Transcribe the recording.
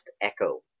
echo